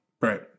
right